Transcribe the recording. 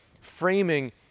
framing